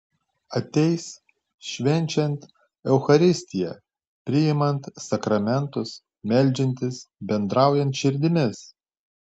ateis švenčiant eucharistiją priimant sakramentus meldžiantis bendraujant širdimis